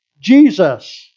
Jesus